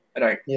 Right